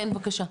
בבקשה.